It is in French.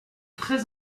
très